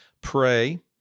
pray